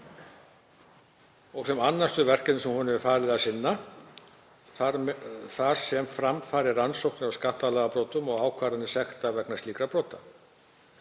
og sem annast þau verkefni sem honum er falið að sinna, þar sem fram fari rannsóknir á skattalagabrotum og ákvarðanir sekta vegna slíkra brota.